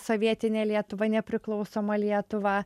sovietinę lietuvą nepriklausomą lietuvą